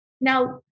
Now